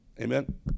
Amen